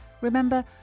Remember